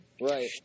Right